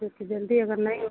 क्योंकि जल्दी अगर नहीं